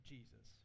Jesus